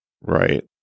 Right